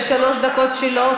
אלה שלוש הדקות שלו.